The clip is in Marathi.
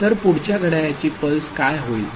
तर पुढच्या घड्याळाची पल्स काय होईल